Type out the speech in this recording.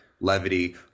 levity